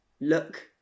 look